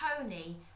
tony